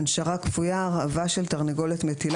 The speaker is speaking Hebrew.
"הנשרה כפויה" הרעבה של תרנגולת מטילה